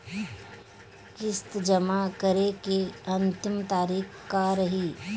किस्त जमा करे के अंतिम तारीख का रही?